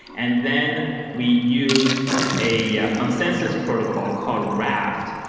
and then we use a yeah consensus protocol, called raft,